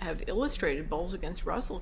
have illustrated boles against russell